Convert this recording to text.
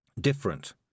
different